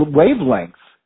wavelengths